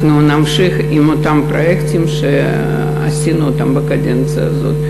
אנחנו נמשיך עם אותם פרויקטים שעשינו בקדנציה הזאת.